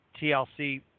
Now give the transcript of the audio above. TLC